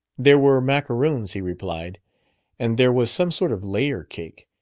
there were macaroons, he replied and there was some sort of layer-cake.